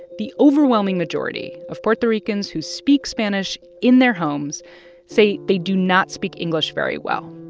the overwhelming majority of puerto ricans who speak spanish in their homes say they do not speak english very well.